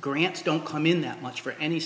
grants don't come in that much for any